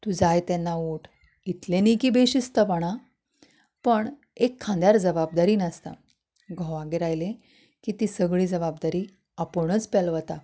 तूं जाय तेन्ना उठ इतली न्ही की बेशिस्तपणा पण एक खांद्यार जबाबदारी नासता घोवागेर आयलें की ती सगळीं जवाबदारी आपुणूच पेलवता